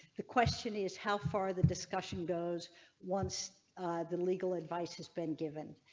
the question is how far the discussion goes once the legal advice is been given.